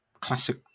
classic